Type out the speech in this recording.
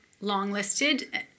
long-listed